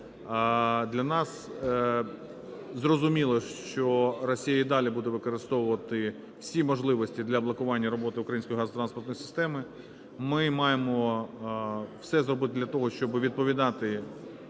Для нас зрозуміло, що Росія і далі буде використовувати всі можливості для блокування роботи української газотранспортної системи. Ми маємо все зробити для того, щоби відповідати